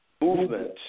movement